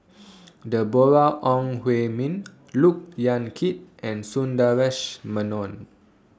Deborah Ong Hui Min Look Yan Kit and Sundaresh Menon